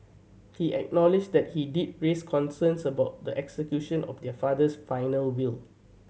he acknowledged that he did raise concerns about the execution of their father's final will